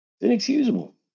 inexcusable